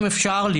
אנשים עם